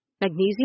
Magnesium